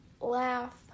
laugh